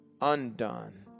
undone